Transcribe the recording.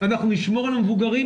אנחנו נשמור על המבוגרים',